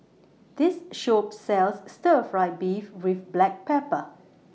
This Shop sells Stir Fry Beef with Black Pepper